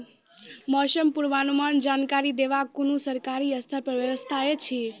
मौसम पूर्वानुमान जानकरी देवाक कुनू सरकारी स्तर पर व्यवस्था ऐछि?